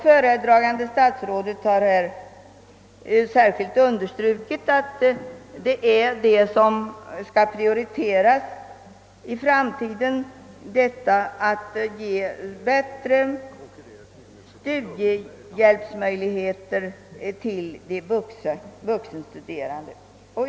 Föredragande statsrådet har här särskilt understrukit att det som skall prioriteras i framtiden är bättre studiehjälpsmedel till de vuxenstuderande.